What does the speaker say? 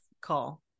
call